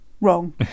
wrong